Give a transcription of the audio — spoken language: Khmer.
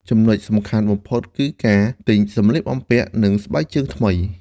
ចំណុចសំខាន់បំផុតគឺការ ទិញសម្លៀកបំពាក់និងស្បែកជើងថ្មី។